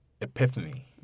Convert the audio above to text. epiphany